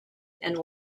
and